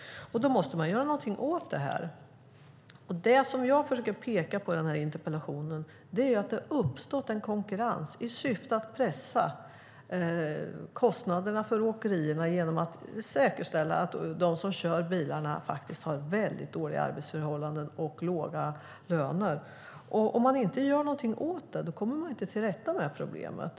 Då måste man göra någonting åt det här. Det som jag försöker peka på i den här interpellationen är att det har uppstått en konkurrens i syfte att pressa kostnaderna för åkerierna genom att se till att de som kör bilarna har väldigt dåliga arbetsförhållanden och låga löner. Om man inte gör någonting åt det kommer man inte till rätta med problemet.